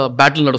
battle